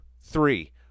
three